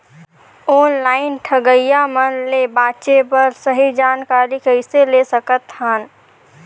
Online ठगईया मन ले बांचें बर सही जानकारी कइसे ले सकत हन?